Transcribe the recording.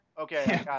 Okay